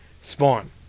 Spawn